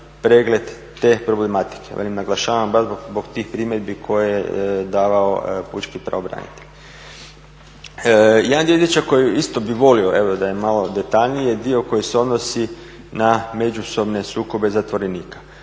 pregled te problematike. Velim, naglašavam baš zbog tih primjedbi koje je davao pučki pravobranitelj. Jedan dio izvješća koji isto bih volio evo da je malo detaljniji je dio koji se odnosi na međusobne sukobe zatvorenika.